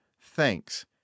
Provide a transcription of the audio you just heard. thanks